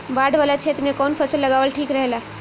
बाढ़ वाला क्षेत्र में कउन फसल लगावल ठिक रहेला?